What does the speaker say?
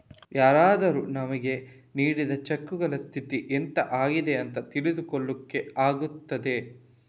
ಯಾರಾದರೂ ನಮಿಗೆ ನೀಡಿದ ಚೆಕ್ಕುಗಳ ಸ್ಥಿತಿ ಎಂತ ಆಗಿದೆ ಅಂತ ತಿಳ್ಕೊಳ್ಳಿಕ್ಕೆ ಆಗ್ತದೆ